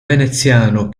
veneziano